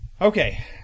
Okay